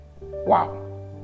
Wow